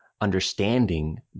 understanding